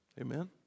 Amen